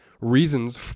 reasons